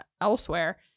elsewhere